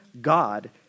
God